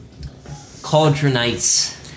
Cauldronites